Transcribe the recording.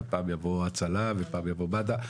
פעם יבוא הצלם ופעם יבוא מד"א.